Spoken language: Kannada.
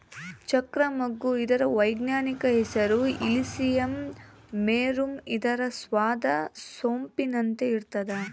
ಚಕ್ರ ಮಗ್ಗು ಇದರ ವೈಜ್ಞಾನಿಕ ಹೆಸರು ಇಲಿಸಿಯಂ ವೆರುಮ್ ಇದರ ಸ್ವಾದ ಸೊಂಪಿನಂತೆ ಇರ್ತಾದ